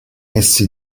essi